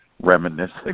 reminiscing